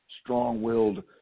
Strong-Willed